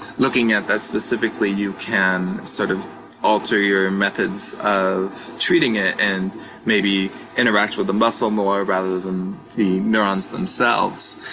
looking at that specifically, you can sort of alter your methods of treating it and maybe interact with the muscle more rather than the neurons themselves.